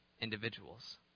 individuals